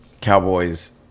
cowboys